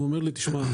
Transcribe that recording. הוא אומר לי תשמע,